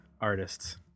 artists